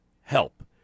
help